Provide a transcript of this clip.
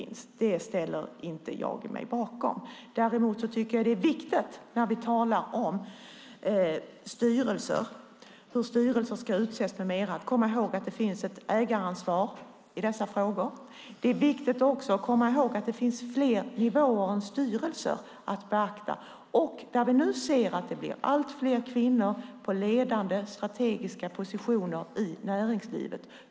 När vi talar om hur styrelser ska utses med mera tycker jag däremot att det är viktigt att komma ihåg att det finns ett ägaransvar i dessa frågor. Det är också viktigt att komma ihåg att det finns flera nivåer än styrelser att beakta. Nu ser vi att det blir allt fler kvinnor på ledande strategiska positioner i näringslivet.